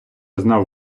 знав